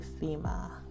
FEMA